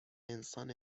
انسان